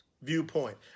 Viewpoint